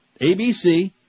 ABC